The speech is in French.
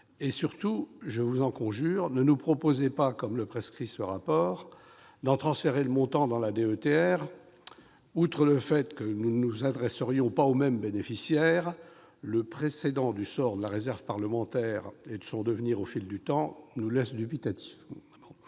Surtout, je vous en conjure, ne nous proposez pas, comme le prescrit ce rapport, d'en transférer le montant dans la DETR. Outre le fait que nous ne nous adresserions pas aux mêmes bénéficiaires, le précédent du sort de la réserve parlementaire et de son devenir au fil du temps nous laisse dubitatifs